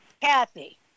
Kathy